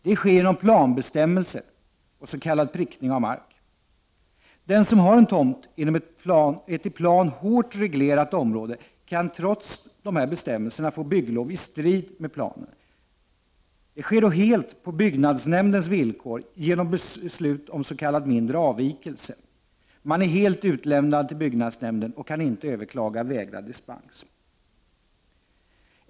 Det sker genom planbestämmelser och s.k. prickning av mark. Den som har en tomt inom ett i plan hårt reglerat område kan trots dessa bestämmelser få bygglov i strid med planen. Det sker då helt på byggnadsnämndens villkor genom beslut om s.k. mindre avvikelse. Man är helt utlämnad till byggnadsnämnden och kan inte överklaga vägrad dispens.